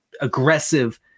aggressive